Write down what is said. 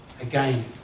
Again